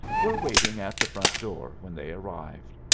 were waiting at the front door when they arrived.